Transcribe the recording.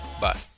Bye